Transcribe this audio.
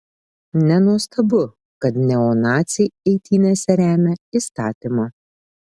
nenuostabu kad neonaciai eitynėse remia įstatymą